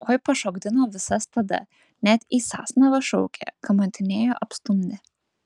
oi pašokdino visas tada net į sasnavą šaukė kamantinėjo apstumdė